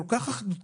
כל כך אחדותי?